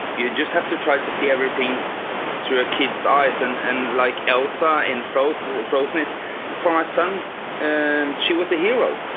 you just have to try to see everything through a kid's eyes. and and like elsa in frozen, frozen, it's for my son and she was a hero.